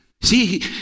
See